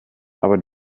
aber